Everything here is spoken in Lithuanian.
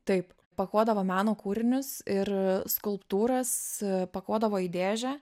taip pakuodavo meno kūrinius ir skulptūras pakuodavo į dėžę